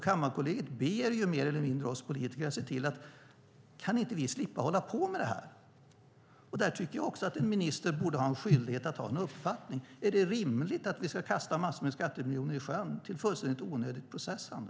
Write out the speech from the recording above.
Kammarkollegiet ber mer eller mindre oss politiker att se till att man slipper hålla på med detta. Här borde en minister också ha en skyldighet att ha en uppfattning. Är det rimligt att vi ska kasta massor av skattemiljoner i sjön på fullständigt onödigt processande?